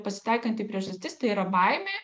pasitaikanti priežastis tai yra baimė